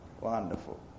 Wonderful